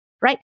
right